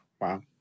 Wow